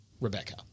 Rebecca